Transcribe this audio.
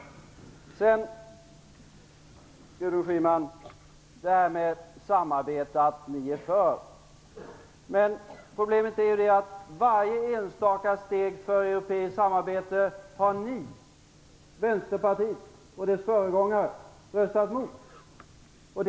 Gudrun Schyman säger att Vänsterpartiet är för samarbete. Men problemet är ju att Vänsterpartiet och dess föregångare har röstat mot varje enstaka steg för europeiskt samarbete.